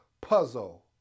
Puzzle